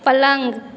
पलङ्ग